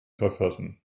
verfassen